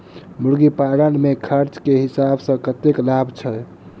मुर्गी पालन मे खर्च केँ हिसाब सऽ कतेक लाभ छैय?